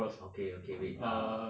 okay okay wait err